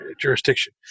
jurisdiction